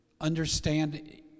understand